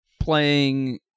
playing